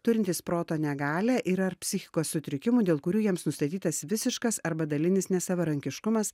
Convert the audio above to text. turintys proto negalią ir ar psichikos sutrikimų dėl kurių jiems nustatytas visiškas arba dalinis nesavarankiškumas